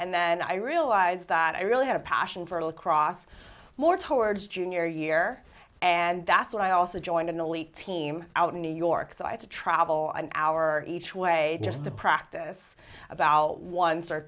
and then i realized that i really had a passion for lacrosse more towards junior year and that's what i also joined an elite team out in new york so it's a travel on our each way just to practice about once or